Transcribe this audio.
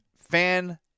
fan